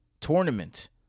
tournament